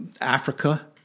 Africa